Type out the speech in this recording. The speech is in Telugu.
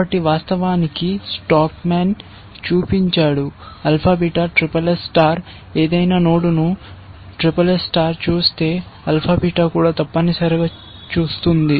కాబట్టి వాస్తవానికి స్టాక్మాన్ చూపించాడు alpha beta SSS SSS star ఏదైనా నోడ్ను SSS SSS స్టార్ చూస్తే ఆల్ఫా బీటా కూడా తప్పనిసరిగా చూస్తుంది